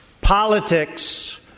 politics